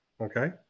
Okay